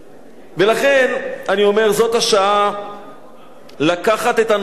ולכן אני אומר, זאת השעה לקחת את הנושא הזה.